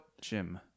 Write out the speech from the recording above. Jim